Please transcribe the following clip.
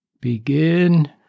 begin